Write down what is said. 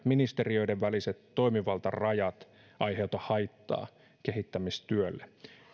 ministeriöiden väliset toimivaltarajat aiheuta haittaa kehittämistyölle